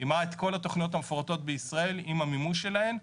עם כל התוכניות המפורטות בישראל עם המימוש שלהן,